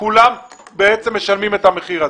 כולם בעצם משלמים את המחיר הזה.